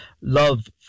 love